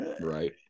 right